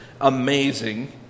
amazing